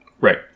Right